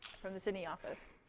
from the sydney office.